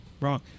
Wrong